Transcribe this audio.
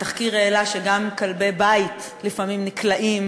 התחקיר העלה שגם כלבי-בית לפעמים נקלעים